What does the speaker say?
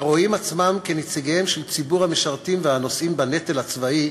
הרואים עצמם נציגיהם של ציבור המשרתים והנושאים בנטל הצבאי,